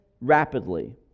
rapidly